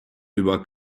über